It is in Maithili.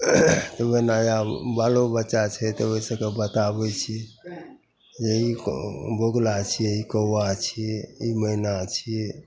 नयामे बालोबच्चा छै तऽ ओहि सबके बताबै छिए जे ई को बगुला छिए ई कौआ छिए ई मैना छिए